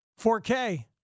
4K